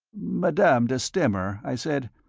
madame de stamer, i said,